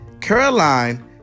Caroline